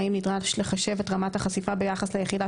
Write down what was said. האם נדרש לחשב את רמת החשיפה ביחס ליחידה